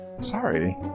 Sorry